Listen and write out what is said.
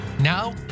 Now